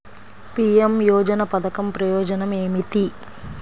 PM యోజన పధకం ప్రయోజనం ఏమితి?